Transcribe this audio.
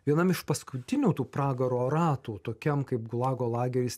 vienam iš paskutinių tų pragaro ratų tokiam kaip gulago lageris